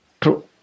True